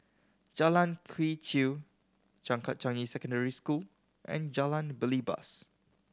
Jalan Quee Chew Changkat Changi Secondary School and Jalan Belibas